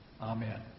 Amen